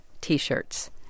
T-shirts